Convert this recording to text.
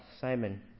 Simon